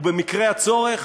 ובמקרה הצורך,